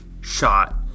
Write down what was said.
shot